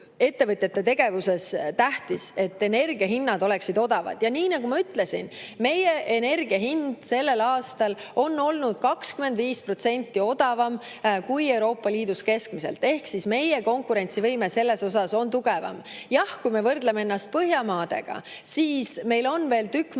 ettevõtjate tegevuses on see, et energiahinnad oleksid odavad. Nii nagu ma ütlesin, meil on energia hind sellel aastal olnud 25% odavam kui Euroopa Liidus keskmiselt ehk meie konkurentsivõime on selle poolest tugevam. Jah, kui me võrdleme ennast Põhjamaadega, siis meil on veel tükk